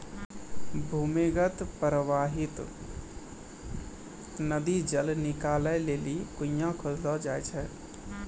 भूमीगत परबाहित नदी जल निकालै लेलि कुण्यां खोदलो जाय छै